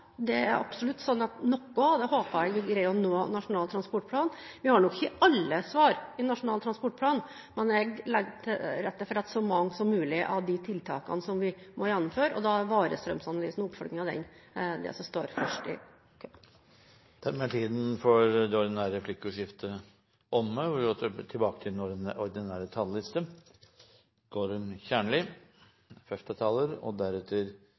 håper jeg absolutt skal greie å nå Nasjonal transportplan. Vi har nok ikke alle svar i Nasjonal transportplan, men jeg legger til rette for at vi kan gjennomføre så mange som mulig av disse tiltakene, og da er varestrømsanalysen og en oppfølging av den noe av det som står først i køen. Replikkordskiftet er omme. Presidenten er for øvrig glad for at han fortsatt kan inspirere representanten Hareide og håper det